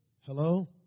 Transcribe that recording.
Hello